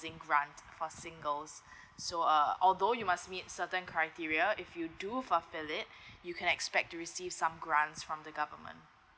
grants for singles so uh although you must meet certain criteria if you do fulfill it you can expect to receive some grants from the government